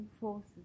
forces